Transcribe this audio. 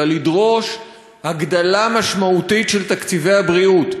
אלא לדרוש הגדלה משמעותית של תקציבי הבריאות.